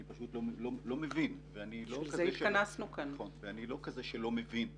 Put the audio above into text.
אני פשוט לא מבין ואני לא כזה שלא מבין מצבים.